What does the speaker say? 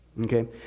Okay